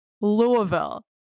Louisville